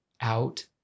out